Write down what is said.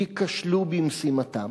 ייכשלו במשימתם,